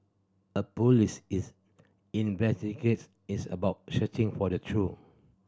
a police is investigate is about searching for the true